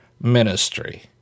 ministry